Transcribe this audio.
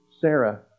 Sarah